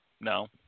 no